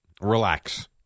Relax